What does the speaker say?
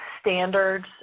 standards